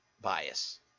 bias